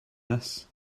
this